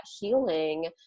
healing